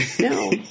no